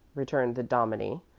returned the dominie,